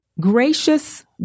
Gracious